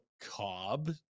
Cobb